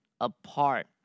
apart